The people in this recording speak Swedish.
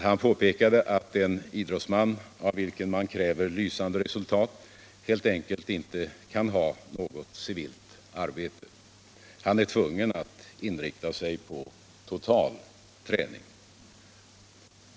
Han påpekade att en idrottsman av vilken man kräver lysande resultat helt enkelt inte kan ha något civilt arbete, utan han är tvungen att inrikta sig på total träning.